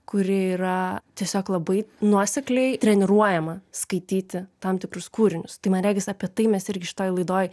kuri yra tiesiog labai nuosekliai treniruojama skaityti tam tikrus kūrinius tai man regis apie tai mes irgi šitoj laidoj